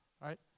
right